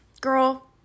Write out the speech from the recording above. girl